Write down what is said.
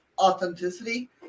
authenticity